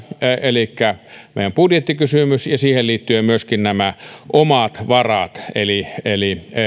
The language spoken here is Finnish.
elikkä meidän budjettikysymys ja siihen liittyen myöskin omat varat eli eli